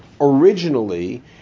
originally